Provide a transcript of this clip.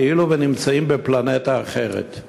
כאילו נמצאים בפלנטה אחרת.